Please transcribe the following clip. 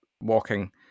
walking